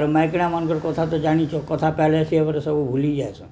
ଆରୁ ମାଇକିନାମାନଙ୍କର କଥା ତ ଜାଣିଛ କଥା ପାଇଲେ ସେ ଏବେରେ ସବୁ ଭୁଲି ଯାଏସନ୍